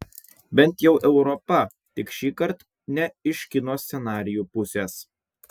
bent jau europa tik šįkart ne iš kino scenarijų pusės